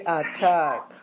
attack